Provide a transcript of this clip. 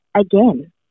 again